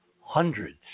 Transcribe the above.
hundreds